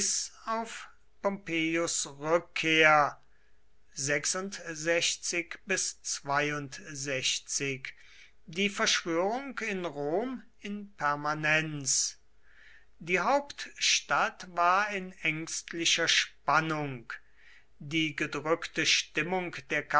auf pompeius rückkehr die verschwörung in rom in permanenz die hauptstadt war in ängstlicher spannung die gedrückte stimmung der